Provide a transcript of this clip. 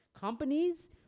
Companies